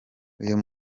uyu